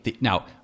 now